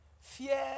Fear